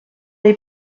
les